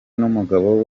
n’umugabo